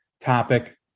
topic